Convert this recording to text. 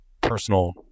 personal